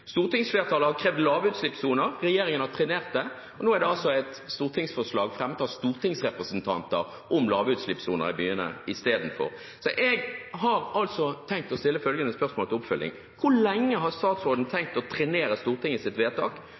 Stortingsflertallet har krevd lavutslippssoner, regjeringen har trenert det. Og nå er det altså et stortingsforslag, fremmet av stortingsrepresentanter, om lavutslippssoner i byene istedenfor. Jeg har tenkt å stille følgende spørsmål til oppfølging: Hvor lenge har statsråden tenkt å trenere Stortingets vedtak?